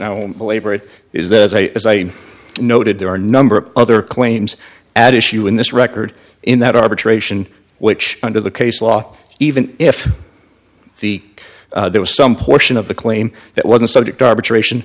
now labored is that as a as i noted there are number of other claims at issue in this record in that arbitration which under the case law even if the there was some portion of the claim that wasn't subject arbitration